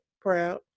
Proud